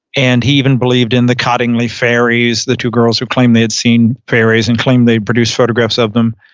and he even believed in the cottingley fairies, the two girls who claimed they had seen fairies and claim they produced photographs of them,